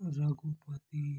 Raghupati